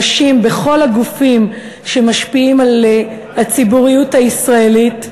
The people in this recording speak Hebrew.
נשים בכל הגופים שמשפיעים על הציבוריות הישראלית,